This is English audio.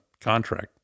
contract